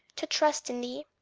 to trust in thee.